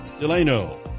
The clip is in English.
Delano